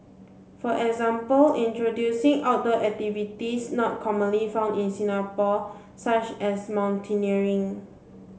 for example introducing outdoor activities not commonly found in Singapore such as mountaineering